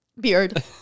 Beard